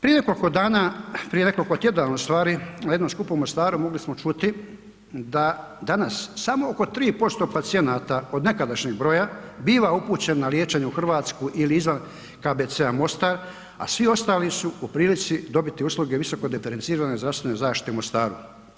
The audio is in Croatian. Prije nekoliko dana, prije nekoliko tjedana u stvari na jednom skupu u Mostaru mogli smo čuti da danas samo oko 3% pacijenata od nekadašnjeg broja biva upućen na liječenje u Hrvatsku ili izvan KBC-a Mostar, a svi ostali su u prilici dobiti usluge visoko diferencirane zdravstvene zaštite u Mostaru.